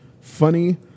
funny